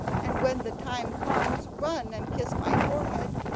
and when the time comes, run and kiss my forehead,